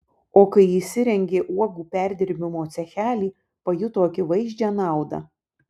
o kai įsirengė uogų perdirbimo cechelį pajuto akivaizdžią naudą